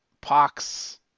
pox